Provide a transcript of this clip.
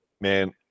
Man